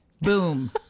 Boom